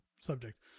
subject